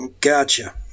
Gotcha